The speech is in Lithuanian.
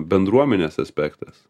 bendruomenės aspektas